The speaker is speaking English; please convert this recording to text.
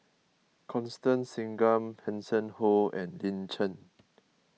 Constance Singam Hanson Ho and Lin Chen